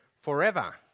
forever